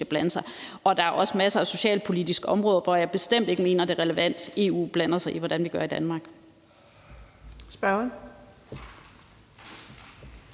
blande sig. Der er også masser af socialpolitiske områder, hvor jeg bestemt ikke mener det er relevant, at EU blander sig i, hvordan vi gør i Danmark.